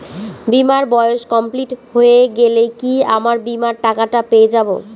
বীমার বয়স কমপ্লিট হয়ে গেলে কি আমার বীমার টাকা টা পেয়ে যাবো?